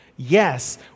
Yes